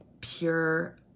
pure